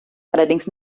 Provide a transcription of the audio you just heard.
allerdings